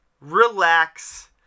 relax